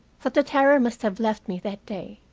that the terror must have left me that day.